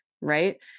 right